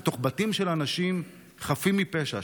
לתוך בתים של אנשים חפים מפשע,